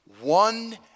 One